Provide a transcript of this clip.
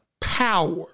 power